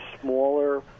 smaller